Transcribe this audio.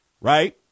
right